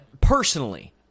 personally